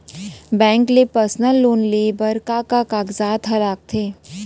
Bank ले personal loan लेये बर का का कागजात ह लगथे?